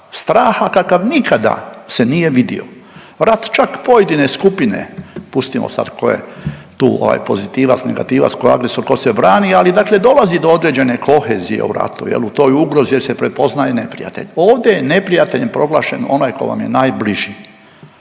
straha kakav nikada se nije vidio. Rat čak pojedine skupine pustimo sad ko je tu sad pozitivac, negativac, ko je agresor, ko se brani, ali dakle dolazi do određene kohezije u ratu jel u toj ugrozi jer se prepoznaje neprijatelj. Ovdje je neprijateljem proglašen onaj ko vam je najbliži.